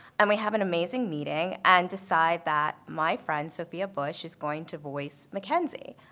and we have an amazing meeting and decide that my friend sophia bush is going to voice mckinsey.